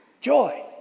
Joy